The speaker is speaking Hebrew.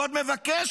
ועוד מבקש